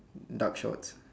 dark shorts